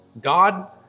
God